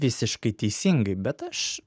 visiškai teisingai bet aš